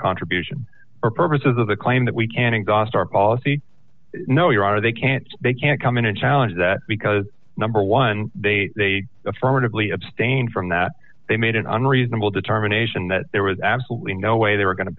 contribution for purposes of the claim that we can exhaust our policy no your honor they can't they can't come in and challenge that because number one they affirmatively abstained from that they made an unreasonable determination that there was absolutely no way they were going to